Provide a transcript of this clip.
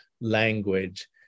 language